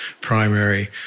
primary